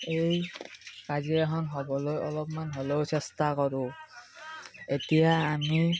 এই কাজিয়াখন হ'বলৈ অলপমান হ'লেও চেষ্টা কৰোঁ এতিয়া আমি